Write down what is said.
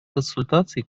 консультаций